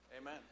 Amen